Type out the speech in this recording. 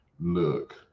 Look